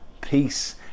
peace